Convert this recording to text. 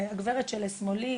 הגברת שלשמאלי,